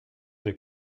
des